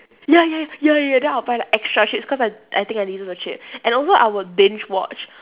ya ya ya ya ya ya then I'll buy like extra chips cause I I think I deserve the chips and also I would binge watch